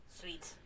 Sweet